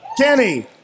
Kenny